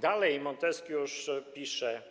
Dalej Monteskiusz pisze: